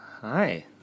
Hi